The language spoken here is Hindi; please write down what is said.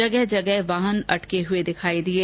जगह जगह वाहन अटके इए दिखाई दिये